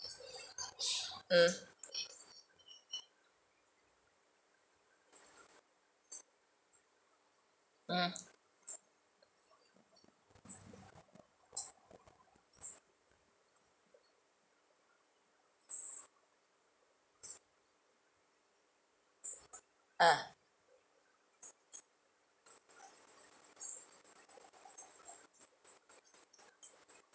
mm mm ah